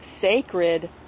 sacred